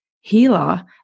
healer